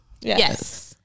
yes